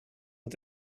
het